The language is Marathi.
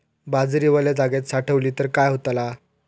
बाजरी वल्या जागेत साठवली तर काय होताला?